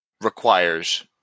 requires